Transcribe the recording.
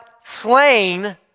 slain